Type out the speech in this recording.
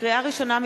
לקריאה ראשונה,